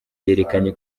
yerekanye